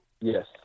yes